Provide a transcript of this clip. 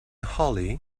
hollie